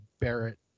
Barrett